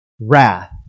wrath